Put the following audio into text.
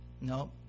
No